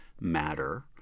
matter